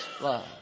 love